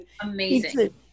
Amazing